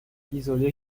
isolée